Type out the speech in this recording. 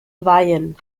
weihen